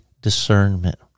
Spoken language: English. discernment